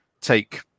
take